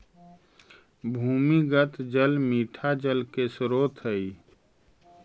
भूमिगत जल मीठा जल के स्रोत हई